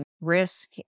Risk